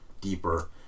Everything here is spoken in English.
deeper